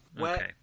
Okay